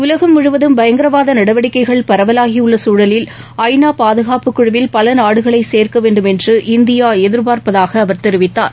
உலகம் முழுவதும் பயங்கரவாத நடவடிக்கைகள் பரவலாகியுள்ள சூழலில் ஐநா பாதுகாப்புக் குழுவில் பல நாடுகளை சேர்க்க வேண்டும் என்று இந்தியா எதிர்பார்ப்பதாக அவர் தெரிவித்தார்